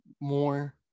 more